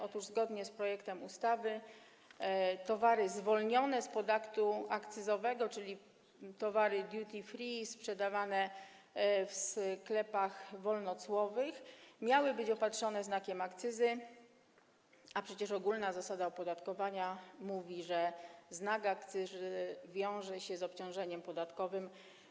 Otóż zgodnie z projektem ustawy towary zwolnione z podatku akcyzowego, czyli towary duty free sprzedawane w sklepach wolnocłowych, miały być opatrzone znakiem akcyzy, a przecież ogólna zasada opodatkowania mówi, że znak akcyzy wiąże się z obciążeniem podatkowym.